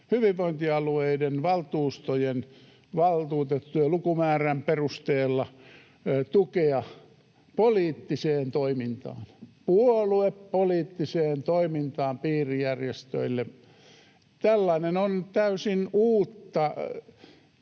hyvinvointialueiden valtuutettujen lukumäärän perusteella — tukea poliittiseen toimintaan, puoluepoliittiseen toimintaan piirijärjestöille. Tällainen on täysin uutta.